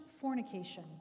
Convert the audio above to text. fornication